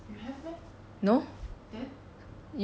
游泳衣服 as in 可以穿进游泳池的衣服 lah